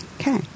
Okay